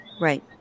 Right